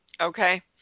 Okay